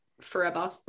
forever